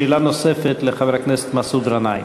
שאלה נוספת לחבר הכנסת מסעוד גנאים.